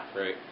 Right